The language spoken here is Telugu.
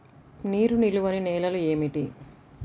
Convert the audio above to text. నీరు నిలువని నేలలు ఏమిటి?